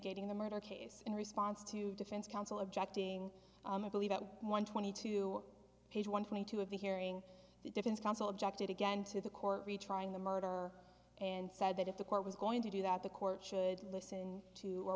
gating the murder case in response to defense counsel objecting to believe at one twenty two page one hundred two of the hearing the defense counsel objected again to the court retrying the murder and said that if the court was going to do that the court should listen to or